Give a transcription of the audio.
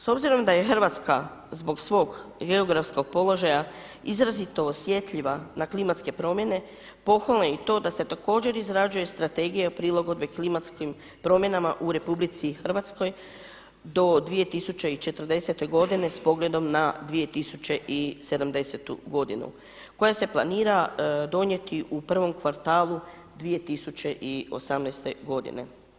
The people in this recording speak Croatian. S obzirom da je Hrvatska zbog svog geografskog položaja izrazito osjetljiva na klimatske promjene, pohvalno je i to da se također izrađuje strategija i prilagodbe klimatskim promjenama u Republici Hrvatskoj do 2040. godine s pogledom na 2070. godinu koja se planira donijeti u prvom kvartalu 2018. godine.